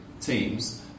teams